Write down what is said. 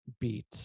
beat